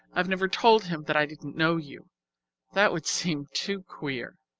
i have never told him that i didn't know you that would seem too queer!